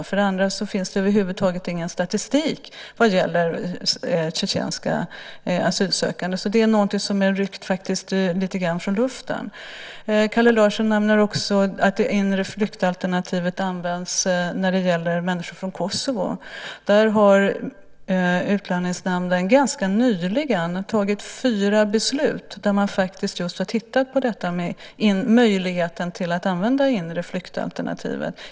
För det andra finns det över huvud taget ingen statistik vad gäller tjetjenska asylsökande. Det är något som är ryckt lite grann ur luften. Kalle Larsson nämner också att det inre flyktalternativet används när det gäller människor från Kosovo. Där har Utlänningsnämnden ganska nyligen tagit fyra beslut där man just har tittat på möjligheten att använda det inre flyktalternativet.